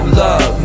love